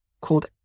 called